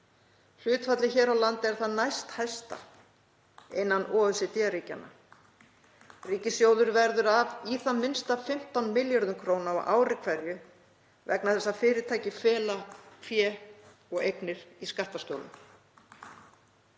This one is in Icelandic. Hlutfallið hér á landi er það næsthæsta innan OECD-ríkjanna. Ríkissjóður verður af í það minnsta 15 milljörðum kr. á ári hverju vegna þess að fyrirtæki fela fé og eignir í skattaskjólum.